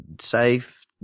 safe